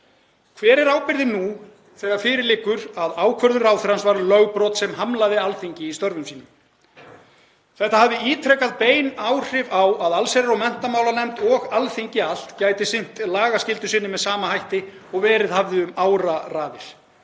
Hver er ábyrgðin nú þegar fyrir liggur að ákvörðun ráðherrans var lögbrot sem hamlaði Alþingi í störfum sínum? Þetta hafði ítrekað bein áhrif á að allsherjar- og menntamálanefnd og Alþingi allt gæti sinnt lagaskyldu sinni með sama hætti og verið hafði um áraraðir.